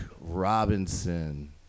Robinson